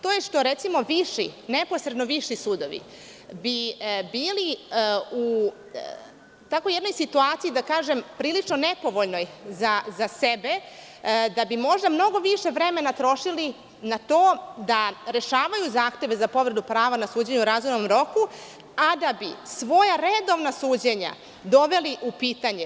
To je što neposredno viši sudovi bi bili u jednoj situaciji, da kažem prilično nepovoljnoj za sebe, da bi možda mnogo više vremena trošili na to da rešavaju zahteve za povredu prava na suđenje u razumnom roku, a da bi svoja redovna suđenja doveli u pitanje.